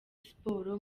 siporo